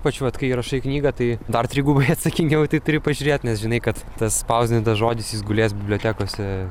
ypač vat kai rašai knygą tai dar trigubai atsakingiau turi pažiūrėt nes žinai kad tas spausdintas žodis jis gulės bibliotekose